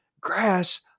grass